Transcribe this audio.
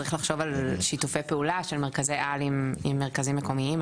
צריך לחשוב על שיתופי פעולה של מרכזי על עם מרכזים מקומיים,